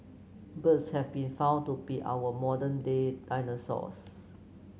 birds have been found to be our modern day dinosaurs